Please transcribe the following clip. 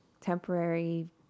temporary